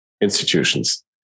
institutions